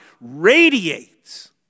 radiates